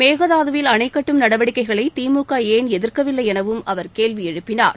மேகதாதுவில் அணை கட்டும் நடவடிக்கைகளை திமுக ஏன் எதிர்க்கவில்லை எனவும் அவர் கேள்வி எழுப்பினார்